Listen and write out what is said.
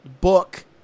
book